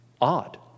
odd